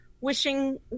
Wishing